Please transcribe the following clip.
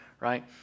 right